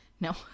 no